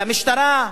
למשטרה.